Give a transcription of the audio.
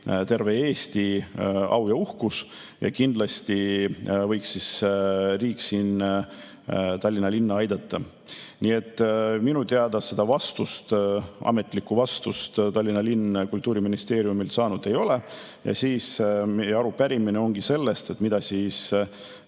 terve Eesti au ja uhkus. Kindlasti võiks riik siin Tallinna linna aidata. Nii et minu teada ametlikku vastust Tallinna linn Kultuuriministeeriumilt saanud ei ole. Meie arupärimine ongi selle kohta, mida